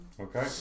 Okay